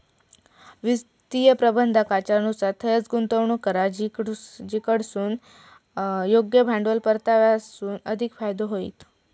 वित्तीय प्रबंधाकाच्या नुसार थंयंच गुंतवणूक करा जिकडसून योग्य भांडवल परताव्यासून अधिक फायदो होईत